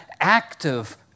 active